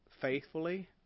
faithfully